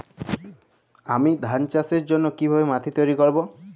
আমি ধান চাষের জন্য কি ভাবে মাটি তৈরী করব?